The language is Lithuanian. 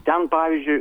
ten pavyzdžiui